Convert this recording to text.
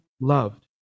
loved